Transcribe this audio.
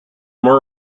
more